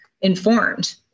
informed